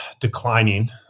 declining